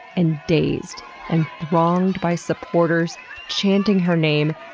and dazed, and thronged by supporters chanting her name,